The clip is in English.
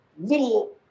little